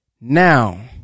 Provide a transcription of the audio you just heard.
Now